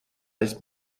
nicht